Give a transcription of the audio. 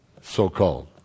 So-called